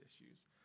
issues